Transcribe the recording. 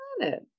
Planet